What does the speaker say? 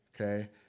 Okay